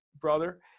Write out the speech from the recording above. brother